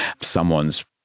someone's